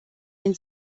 den